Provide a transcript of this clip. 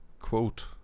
quote